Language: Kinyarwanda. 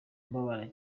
mbabara